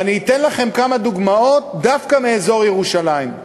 ואני אתן לכם כמה דוגמאות דווקא מאזור ירושלים.